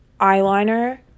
eyeliner